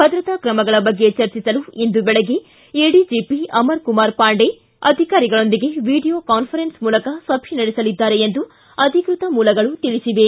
ಭದ್ರತಾ ಕ್ರಮಗಳ ಬಗ್ಗೆ ಚರ್ಚಿಸಲು ಇಂದು ದೆಳಗ್ಗೆ ಎಡಿಜಿಪಿ ಅಮರ್ ಕುಮಾರ್ ಪಾಂಡೆ ಅಧಿಕಾರಿಗಳೊಂದಿಗೆ ವಿಡಿಯೋ ಕಾನ್ಫರೆನ್ಸ್ ಮೂಲಕ ಸಭೆ ನಡೆಸಲಿದ್ದಾರೆ ಎಂದು ಅಧಿಕೃತ ಮೂಲಗಳು ತಿಳಿಸಿವೆ